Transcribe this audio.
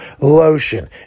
lotion